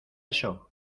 eso